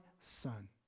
son